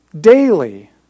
daily